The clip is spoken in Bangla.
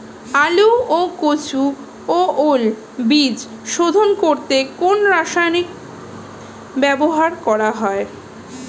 আলু ও কচু ও ওল বীজ শোধন করতে কোন রাসায়নিক ব্যবহার করা হয়?